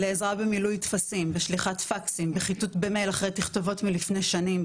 לעזרה במילוי טפסים ושליחת פקסים וחיטוט במייל אחרי תכתובות מלפני שנים,